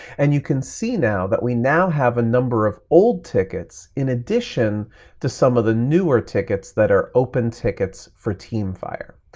and you can see now that we now have a number of old tickets in addition to some of the newer tickets that are open tickets for teamfire.